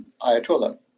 Ayatollah